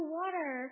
water